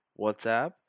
WhatsApp